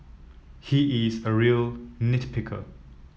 he is a real nit picker